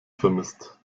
vermisst